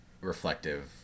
reflective